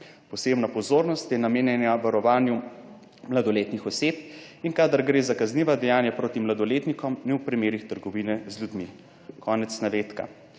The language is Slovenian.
Posebna pozornost je namenjena varovanju mladoletnih oseb in kadar gre za kazniva dejanja proti mladoletnikom / nerazumljivo/ v primerih trgovine z ljudmi.«, konec navedka.